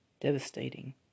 Devastating